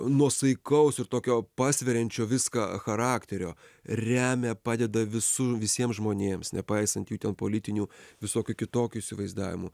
nuosaikaus ir tokio pasveriančio viską charakterio remia padeda visų visiem žmonėms nepaisant jų ten politinių visokių kitokių įsivaizdavimų